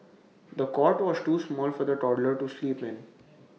the cot was too small for the toddler to sleep in